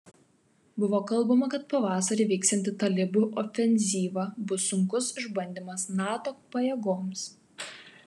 buvo kalbama kad pavasarį vyksianti talibų ofenzyva bus sunkus išbandymas nato pajėgoms